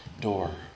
door